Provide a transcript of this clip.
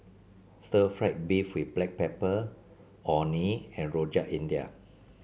stir fry beef with Black Pepper Orh Nee and Rojak India